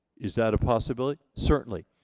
is that a possibility? certainly.